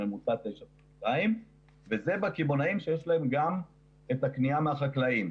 הממוצע 9,2. זה בקמעונאים שיש להם גם את הקנייה מהחקלאים.